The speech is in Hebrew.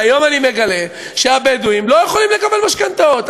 והיום אני מגלה שהבדואים לא יכולים לקבל משכנתאות.